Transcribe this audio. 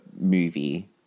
movie